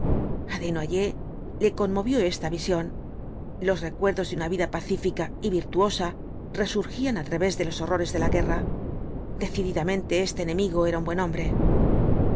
desnoyers le conmovió esta visión los recuerdos de una vida pacífica y virtuosa resurgían á través de los horrores de la guerra decididamente este enemigo era un buen hombre